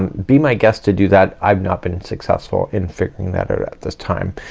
um be my guest to do that. i've not been and successful in figuring that at at this time.